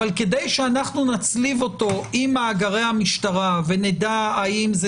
אבל כדי שאנחנו נצליב אותו עם מאגרי המשטרה ונדע האם זה